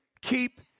keep